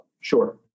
Sure